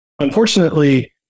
unfortunately